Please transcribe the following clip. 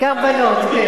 בעיקר בנות.